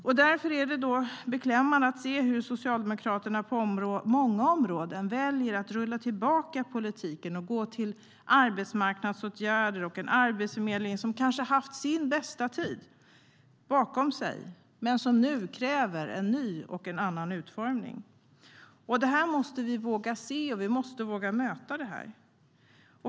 Därför är det beklämmande att se hur Socialdemokraterna på många områden väljer att rulla tillbaka politiken och gå till arbetsmarknadsåtgärder och en arbetsförmedling som kanske har sin bästa tid bakom sig men nu kräver en ny och annorlunda utformning. Det här måste vi våga se, och vi måste våga möta det.